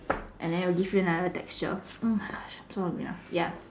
and then it gives you another texture yup